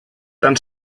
tan